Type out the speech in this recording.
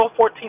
14